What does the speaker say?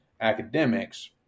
academics